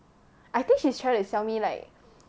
I think she is trying to sell me like